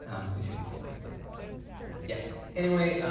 we should be focused on, so yeah anyway,